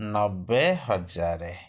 ନବେ ହଜାର